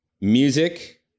music